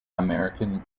american